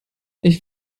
ich